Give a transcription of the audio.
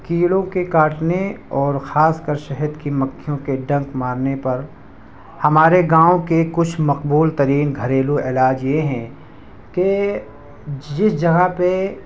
کیڑوں کے کاٹنے اور خاص کر شہد کی مکھیوں کے ڈنک مارنے پر ہمارے گاؤں کے کچھ مقبول ترین گھریلو علاج یہ ہیں کہ جس جگہ پہ